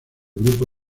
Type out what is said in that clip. grupo